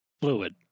Fluid